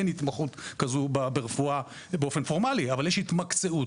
אין התמחות כזו ברפואה באופן פורמלי אבל יש התמקצעות.